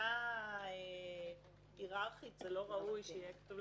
שמבחינה היררכית לא ראוי שיהיה כתוב: